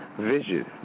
vision